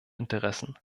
interessen